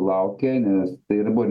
laukė nes tai ir buvo ir